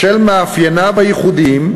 בשל מאפייניו הייחודיים,